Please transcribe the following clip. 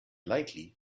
likely